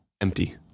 empty